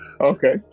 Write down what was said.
Okay